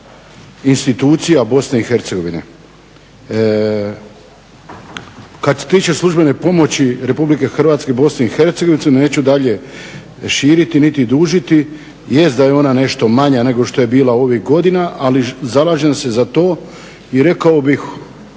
institucija BiH. Kad se tiče službene pomoći Republike Hrvatske Bosni i Hercegovini, neću dalje širiti niti dužiti, jest da je ona nešto manja nego što je bila ovih godina, ali zalažem se za to i rekao bih